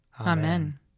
Amen